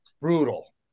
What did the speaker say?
brutal